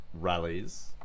rallies